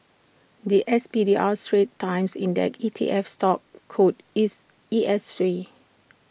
The S P D R straits times index E T F stock code is E S Three